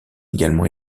également